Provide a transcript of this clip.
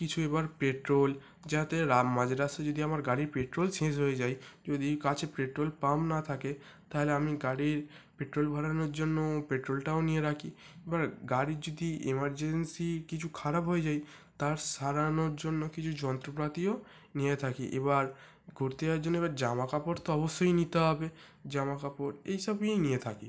কিছু এবার পেট্রোল যাতে রা মাঝ রাস্তায় যদি আমার গাড়ির পেট্রোল শেষ হয়ে যায় যদি গাড়ির কাছে প্রেট্রোল পাম্প না থাকে তাহলে আমি গাড়ির পেট্রল ভরানোর জন্য পেট্রোলটাও নিয়ে রাখি এবার গাড়ির যদি এমার্জেন্সি কিছু খারাপ হয়ে যায় তার সারানোর জন্য কিছু যন্ত্রপ্রাতিও নিয়ে থাকি এবার ঘুরতে যাবার জন্য এবার জামা কাপড় তো অবশ্যই নিতে হবে জামা কাপড় এই সবই নিয়ে থাকি